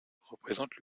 représente